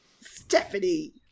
Stephanie